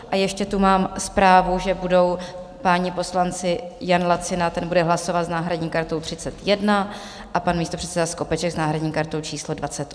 A ještě tu mám zprávu, že budou páni poslanci Jan Lacina, ten bude hlasovat s náhradní kartou 31, a pan místopředseda Skopeček s náhradní kartou číslo 28.